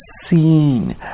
seen